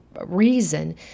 reason